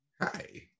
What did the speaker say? Hi